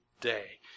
day